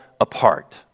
apart